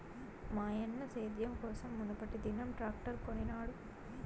మాయన్న సేద్యం కోసం మునుపటిదినం ట్రాక్టర్ కొనినాడు